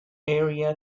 area